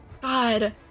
God